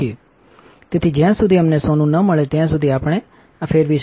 તેથી જ્યાં સુધી અમને સોનું ન મળે ત્યાં સુધી આપણે આ ફેરવી શકીએ